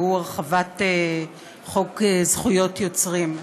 והוא הרחבת חוק זכויות יוצרים.